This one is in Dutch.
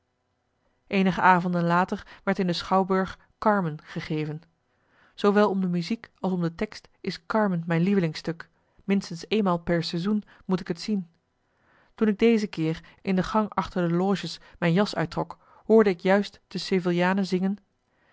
eenige avonden later werd in de schouwburg carmen gegeven zoowel om de muziek als om de tekst is carmen mijn lievelingsstuk minstens eenmaal per seizoen moet ik het zien toen ik deze keer in de gang achter de loges mijn jas uittrok hoorde ik juist de seviljanen zingen